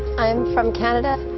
i'm from canada.